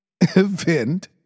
event